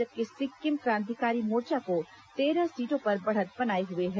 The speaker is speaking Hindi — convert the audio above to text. जबकि सिक्किम क्रांतिकारी मोर्चा को तेरह सीटों पर बढ़त बनाए हुए हैं